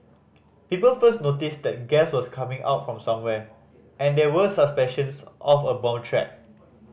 people first noticed that gas was coming out from somewhere and there were suspicions of a bomb threat